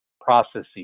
processes